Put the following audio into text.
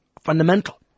fundamental